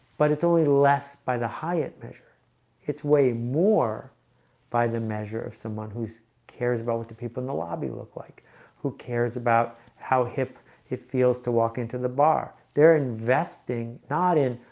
but it's only less by the hyatt measure it's way more by the measure of someone who cares about with the people in the lobby look like who cares about how hip it feels to walk into the bar they're investing not in.